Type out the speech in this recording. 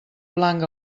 blanc